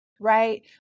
Right